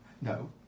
No